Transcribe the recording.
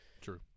true